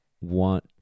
want